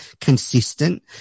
consistent